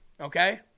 okay